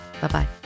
Bye-bye